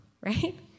Right